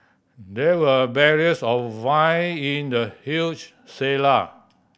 there were barrels of wine in the huge cellar